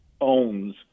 owns